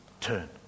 turn